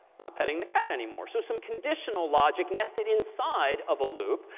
not petting the cat anymore. so some conditional logic nested inside of a loop.